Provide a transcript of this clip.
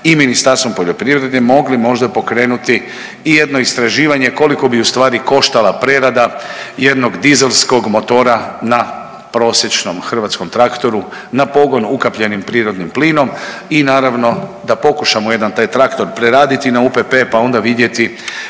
i Ministarstvom poljoprivrede mogli možda pokrenuti i jedno istraživanje koliko bi u stvari koštala prerada jednog dizelskog motora na prosječnom hrvatskom traktoru, na pogon ukapljenim prirodnim plinom i naravno da pokušamo jedan taj traktor preraditi na UPP pa onda vidjeti